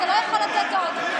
אתה לא יכול לתת עוד.